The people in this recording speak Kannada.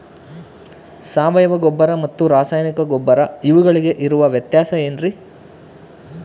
ಸಾವಯವ ಗೊಬ್ಬರ ಮತ್ತು ರಾಸಾಯನಿಕ ಗೊಬ್ಬರ ಇವುಗಳಿಗೆ ಇರುವ ವ್ಯತ್ಯಾಸ ಏನ್ರಿ?